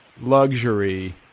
luxury